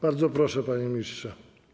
Bardzo proszę, panie ministrze.